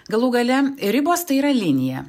galų gale ribos tai yra linija